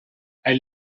hij